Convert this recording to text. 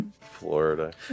Florida